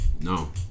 No